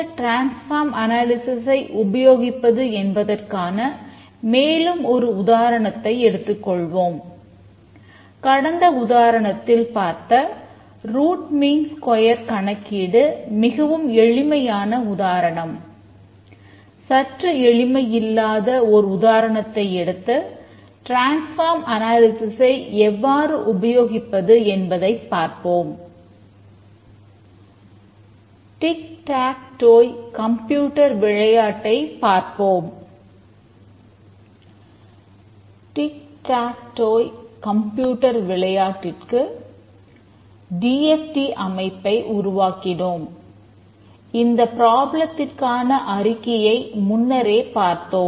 tick tac toe விளையாட்டைப் பார்ப்போம்